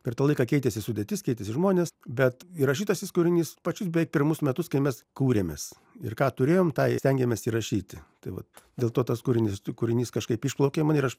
per tą laiką keitėsi sudėtis keitėsi žmonės bet įrašytasis kūrinys pačius beveik pirmus metus kai mes kūrėmės ir ką turėjom tą ir stengėmės įrašyti tai vat dėl to tas kūrinys kūrinys kažkaip išplaukė ir aš